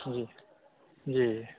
जी जी